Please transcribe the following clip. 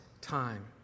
time